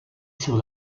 sur